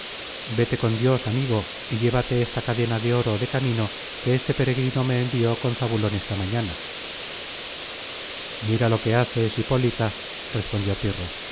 véte con dios amigo y llévate esta cadena de oro de camino que este peregrino me envió con zabulon esta mañana content from google book search generated at mira lo que haces hipólita respondió pirro